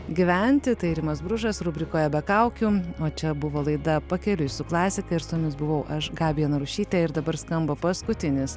gyventi tai rimas bružas rubrikoje be kaukių o čia buvo laida pakeliui su klasika ir su jumis buvau aš gabija narušytė ir dabar skamba paskutinis